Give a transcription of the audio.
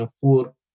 four